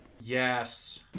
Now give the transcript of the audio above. Yes